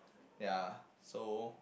ya so